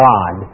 God